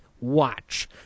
watch